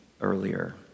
earlier